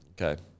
Okay